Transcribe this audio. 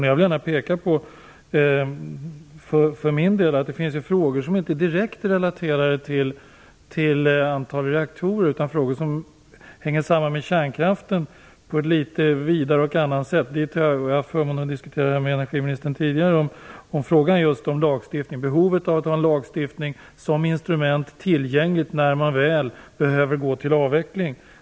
Jag vill gärna för min del peka på att det finns frågor som inte direkt är relaterade till antalet reaktorer utan som hänger samman med kärnkraften på ett litet vidare och annorlunda sätt. Jag har haft förmånen att diskutera detta tidigare med energiministern, och frågan är om lagstiftningsinstrumentet är tillgängligt när man behöver gå till avveckling.